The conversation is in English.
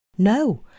No